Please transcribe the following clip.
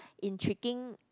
in tricking